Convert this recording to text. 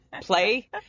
play